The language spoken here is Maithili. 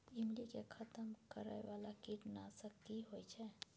ईमली के खतम करैय बाला कीट नासक की होय छै?